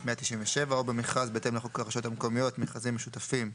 197 או במכרז בהתאם לחוק הרשויות המקומיות (מכרזים משותפים),